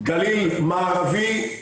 גליל מערבי,